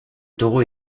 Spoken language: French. taureau